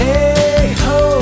Hey-ho